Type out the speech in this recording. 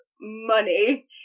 money